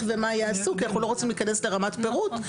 ומה יעשו כי אנחנו לא רוצים להיכנס לרמת פירוט.